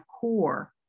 core